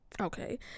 okay